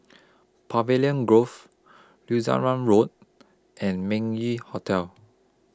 Pavilion Grove Lutheran Road and Meng Yew Hotel